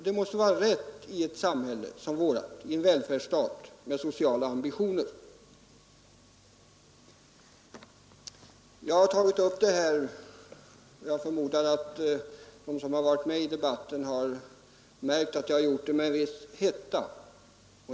Det måste vara rätt i en välfärdsstat som vår med sociala ambitioner. Jag har tagit upp detta med en viss hetta, och jag förmodar att de som varit uppe i debatten har märkt det.